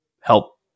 help